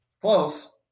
Close